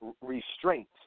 restraint